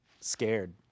scared